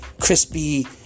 crispy